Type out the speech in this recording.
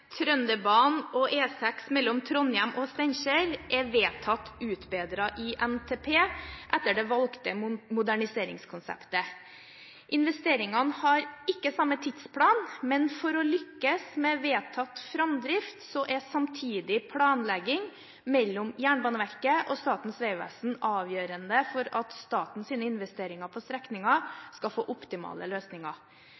og E6 mellom Trondheim og Steinkjer er vedtatt utbedret i Nasjonal transportplan etter det valgte moderniseringskonseptet. Investeringene har ikke samme tidsplan, men for å lykkes med vedtatt framdrift er samtidig planlegging mellom Jernbaneverket og Statens vegvesen avgjørende for at statens investeringer på